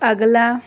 ਅਗਲਾ